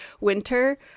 winter